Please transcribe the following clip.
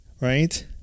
right